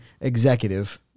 executive